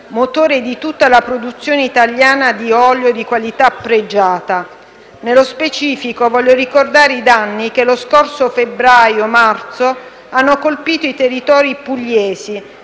motore di tutta la produzione italiana di olio di qualità pregiata. Nello specifico, voglio ricordare i danni che lo scorso febbraio-marzo hanno colpito i territori pugliesi,